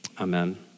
Amen